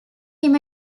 him